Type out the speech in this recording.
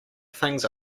things